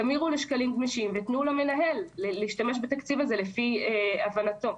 תמירו לשקלים גמישים ותנו למנהל להשתמש בתקציב הזה לפי הבנתו.